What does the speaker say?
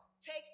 Take